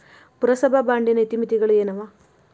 ಪುರಸಭಾ ಬಾಂಡಿನ ಇತಿಮಿತಿಗಳು ಏನವ?